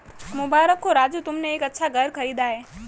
मुबारक हो राजू तुमने एक अच्छा घर खरीदा है